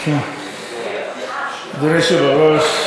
תודה רבה.